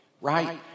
right